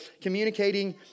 communicating